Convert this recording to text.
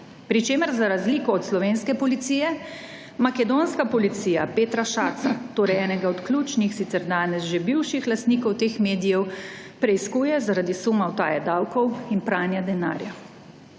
pri čemer za razliko od slovenske Policije, makedonska Policija Petra Schatza, torej enega od ključnih, sicer danes že bivših lastnikov teh medijev, preiskuje zaradi suma utaje davkov in pranja denarja.